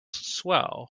swell